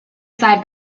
side